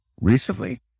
Recently